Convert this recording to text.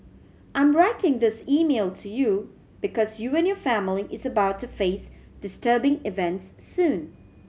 I'm writing this email to you because you and your family is about to face disturbing events soon